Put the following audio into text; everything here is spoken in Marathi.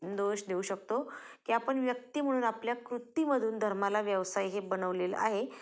दोष देऊ शकतो की आपण व्यक्ती म्हणून आपल्या कृतीमधून धर्माला व्यवसाय हे बनवलेलं आहे